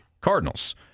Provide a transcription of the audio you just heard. cardinals